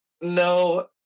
no